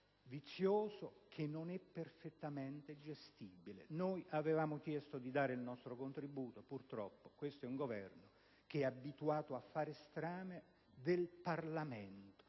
vizioso che non è perfettamente gestibile. Avevamo chiesto di dare il nostro contributo, ma purtroppo questo Governo è abituato a fare strame del Parlamento: